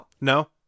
No